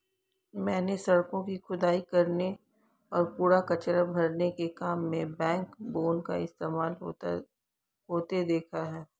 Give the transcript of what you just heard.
मैंने सड़कों की खुदाई करने और कूड़ा कचरा भरने के काम में बैकबोन का इस्तेमाल होते देखा है